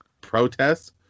protests